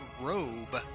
robe